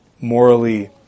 morally